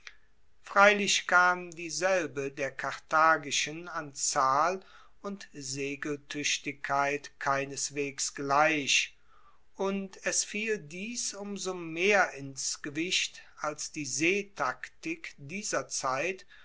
freilich kam dieselbe der karthagischen an zahl und segeltuechtigkeit keineswegs gleich und es fiel dies um so mehr ins gewicht als die seetaktik dieser zeit